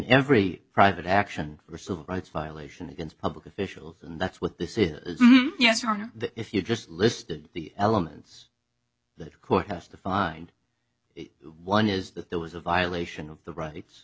every private action or civil rights violation against public officials and that's what this is yes or no if you just listed the elements the court has to find one is that there was a violation of the rights